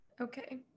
Okay